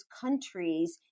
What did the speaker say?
countries